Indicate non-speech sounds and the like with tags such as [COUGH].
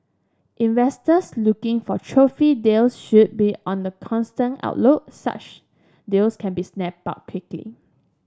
investors looking for trophy deals should be on the constant [UNINTELLIGIBLE] such deals can be snapped up quickly